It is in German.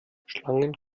schlangen